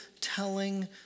telling